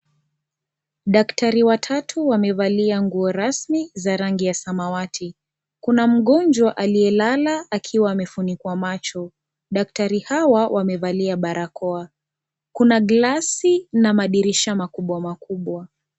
Daktari watatu wamevalia nguo rasmi za rangi ya samawati, kuna mgonjwa aliyelala akiwa amefunikwa macho. Daktari hawa wamevalia barakoa, kuna glasi na madirisha makubwa makubwa.